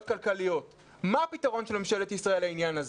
כלכליות - מה הפתרון של ממשלת ישראל לעניין הזה?